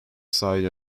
side